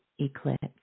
eclipse